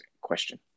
question